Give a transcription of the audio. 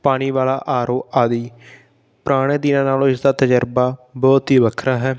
ਪਾਣੀ ਵਾਲਾ R O ਆਦਿ ਪੁਰਾਣੇ ਦਿਨਾਂ ਨਾਲੋਂ ਇਸਦਾ ਤਜਰਬਾ ਬਹੁਤ ਹੀ ਵੱਖਰਾ ਹੈ